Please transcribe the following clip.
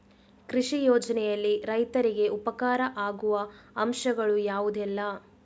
ಕೃಷಿ ಯೋಜನೆಯಲ್ಲಿ ರೈತರಿಗೆ ಉಪಕಾರ ಆಗುವ ಅಂಶಗಳು ಯಾವುದೆಲ್ಲ?